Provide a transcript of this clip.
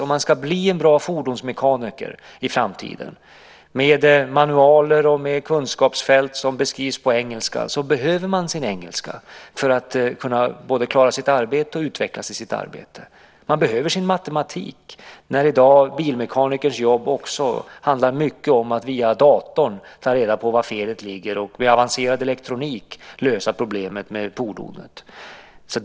Om man ska bli en bra fordonsmekaniker i framtiden med manualer och kunskapsfält som beskrivs på engelska behöver man sin engelska för att kunna både klara sitt arbete och utvecklas i sitt arbete. Man behöver sin matematik när bilmekanikers jobb i dag också handlar mycket om att via datorn ta reda på var felet ligger och lösa problemet med fordonet med avancerad teknik.